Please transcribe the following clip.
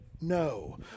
no